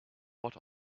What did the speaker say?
what